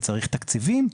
וצריך תקציבים.